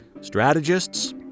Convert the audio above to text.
strategists